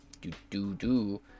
Do-do-do